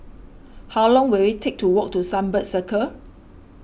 how long will it take to walk to Sunbird Circle